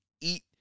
eat